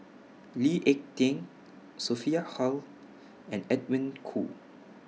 Lee Ek Tieng Sophia Hull and Edwin Koo